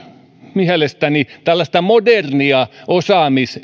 mielestäni tällaista modernia osaamis